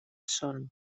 son